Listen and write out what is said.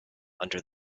under